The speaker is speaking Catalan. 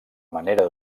manera